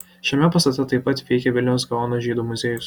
šiame pastate taip pat veikia vilniaus gaono žydų muziejus